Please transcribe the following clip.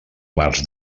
març